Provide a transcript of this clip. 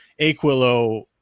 Aquilo